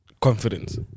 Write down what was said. confidence